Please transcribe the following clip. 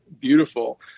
beautiful